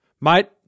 Mate